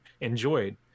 enjoyed